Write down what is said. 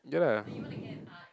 ya lah